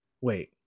Wait